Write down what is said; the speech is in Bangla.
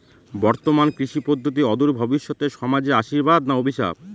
বর্তমান কৃষি পদ্ধতি অদূর ভবিষ্যতে সমাজে আশীর্বাদ না অভিশাপ?